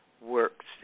works